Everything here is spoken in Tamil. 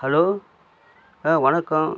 ஹலோ ஆ வணக்கம்